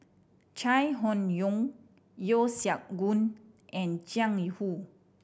Chai Hon Yoong Yeo Siak Goon and Jiang Hu